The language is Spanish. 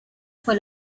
fue